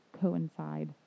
coincide